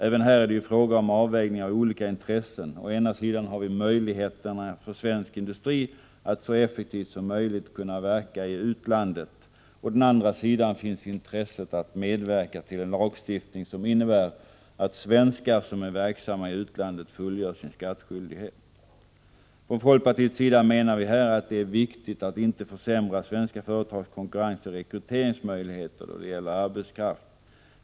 Även här är det ju fråga om avvägning av olika intressen. Å ena sidan har vi möjligheten för svensk industri att så effektivt som möjligt verka i utlandet. Å den andra sidan finns intresset att medverka till en lagstiftning som innebär att svenskar som är verksamma i utlandet fullgör sin skattskyldighet. Från folkpartiets sida menar vi här att det är viktigt att inte försämra svenska företagskonkurrensoch rekryteringsmöjligheter då det gäller arbetskraft.